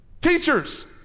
Teachers